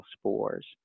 spores